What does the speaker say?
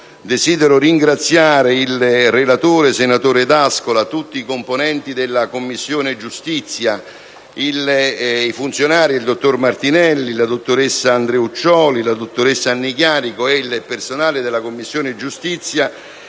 desidero ringraziare il relatore, senatore D'Ascola, tutti i componenti della Commissione giustizia, i funzionari, dottor Martinelli e dottoressa Annecchiarico, la dottoressa Andreuccioli e tutto il personale della Commissione per